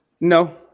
No